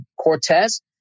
Cortez